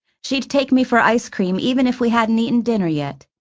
she'd take me for ice cream even if we hadn't eaten dinner yet.